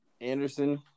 Anderson